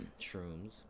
shrooms